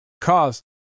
cause